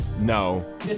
No